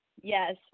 Yes